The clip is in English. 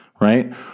right